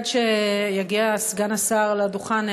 עד שיגיע סגן השר לדוכן,